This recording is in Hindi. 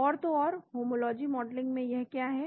और तो होमोलॉजी मॉडलिंग में यह क्या है